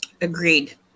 Agreed